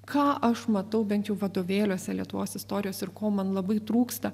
ką aš matau bent jau vadovėliuose lietuvos istorijos ir ko man labai trūksta